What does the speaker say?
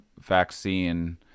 vaccine